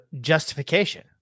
justification